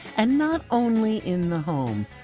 and not only in the home.